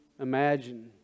imagine